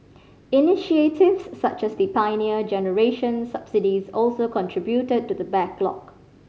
initiatives such as the Pioneer Generation subsidies also contributed to the backlog